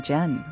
Jen